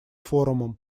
форумом